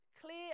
Clear